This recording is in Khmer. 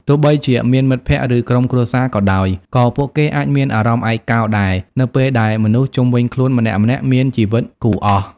ទោះបីជាមានមិត្តភក្តិ ឬក្រុមគ្រួសារក៏ដោយ ក៏ពួកគេអាចមានអារម្មណ៍ឯកោដែល នៅពេលដែលមនុស្សជំុវិញខ្លួនម្នាក់ៗមានជីវិតគូអស់ ។